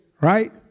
Right